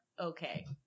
okay